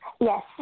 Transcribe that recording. Yes